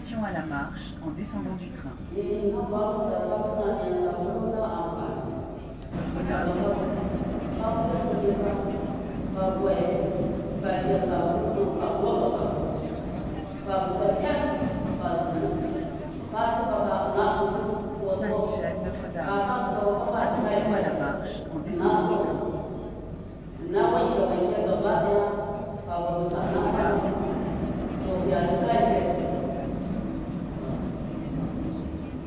Ii hamba mɨn data tɨnani sabulu ta ampani bɨsaka kabɨ ka kuya tɨrɨ ka fa kuwa bi fa kiya sabulu nafu fa goga kabɨ fa busa pyas fa zɨnai ka tsɨfaka ɨna bɨsa tuwa tuwa fu faka bɨsafu ka fa dɨkaya piyatɨ ɨna soso ɨna wanke wanke gaba ɗaya fa babɨsa ɨna kwanɨka nafu to fɨya dɨkaya piyatɨ, wato.